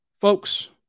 folks